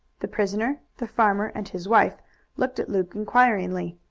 the prisoner, the farmer and his wife looked at luke inquiringly.